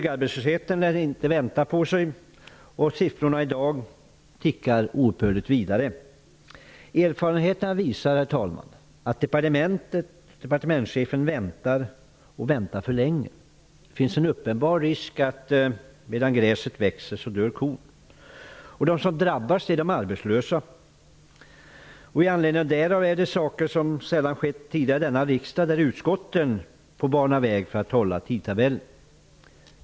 De arbetslösa byggnadsarbetarna väntar inte. Siffrorna tickar obönhörligt vidare. Erfarenheterna visar att departementschefen väntar för länge. Det finns en uppenbar risk att medan gräset gror dör kon. De som drabbas är de arbetslösa. Utskottet får bana väg för att hålla tidtabellen.